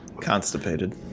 Constipated